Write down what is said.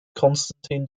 constantine